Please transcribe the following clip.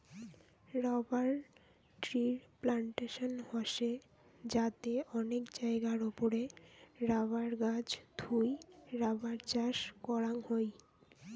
rubber ট্রির plantation হসে যাতে অনেক জায়গার ওপরে রাবার গাছ থুই রাবার চাষ করাং হই